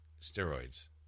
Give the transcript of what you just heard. steroids